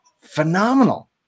phenomenal